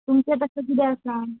तुमचें तशें कितें आसा